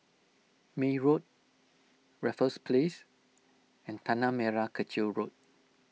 May Road Raffles Place and Tanah Merah Kechil Road